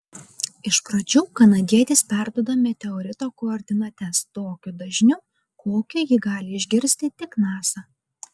iš pradžių kanadietis perduoda meteorito koordinates tokiu dažniu kokiu jį gali išgirsti tik nasa